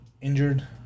injured